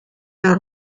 der